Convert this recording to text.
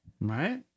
Right